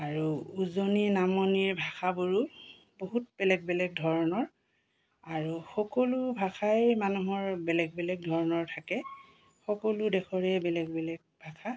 আৰু উজনি নামনিৰ ভাষাবোৰো বহুত বেলেগ বেলেগ ধৰণৰ আৰু সকলো ভাষাই মানুহৰ বেলেগ বেলেগ ধৰণৰ থাকে সকলো দেশৰে বেলেগ বেলেগ ভাষা